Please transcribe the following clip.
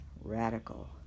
radical